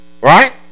Right